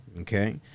okay